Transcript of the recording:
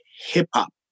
hip-hop